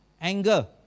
anger